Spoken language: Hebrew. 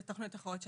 לתוכניות אחרות שהיו,